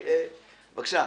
בבקשה,